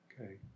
okay